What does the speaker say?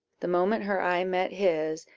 the moment her eye met his,